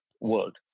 world